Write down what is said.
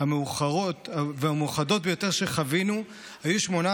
המאוחרות והמאוחדות ביותר שחווינו היו 18